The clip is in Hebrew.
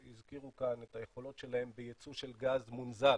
שהזכירו כאן את היכולות שלהם ביצוא של גז מונזל,